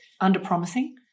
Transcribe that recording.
under-promising